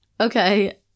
Okay